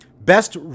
best